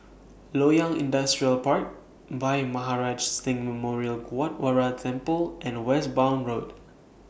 Loyang Industrial Park Bhai Maharaj Singh Memorial Gurdwara Temple and Westbourne Road